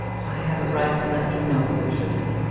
i have a right to let you know the truth.